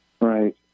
Right